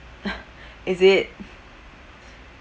is it